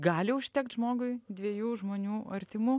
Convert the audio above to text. gali užtekt žmogui dviejų žmonių artimų